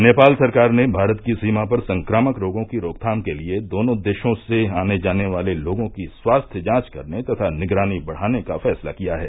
नेपाल सरकार ने भारत की सीमा पर संक्रामक रोगों की रोकथाम के लिये दोनों देशों से आने जाने वाले लोगों की स्वास्थ्य जांच करने तथा निगरानी बढ़ाने का फैसला किया है